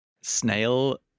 snail